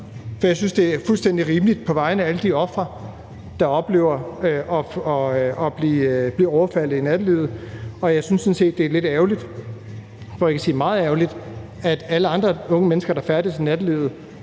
for jeg synes, det er fuldstændig rimeligt på vegne af alle de ofre, der oplever at blive overfaldet i nattelivet, og jeg synes sådan set, det er lidt ærgerligt, for ikke at sige meget ærgerligt, at alle andre unge mennesker, der færdes i nattelivet,